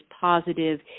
positive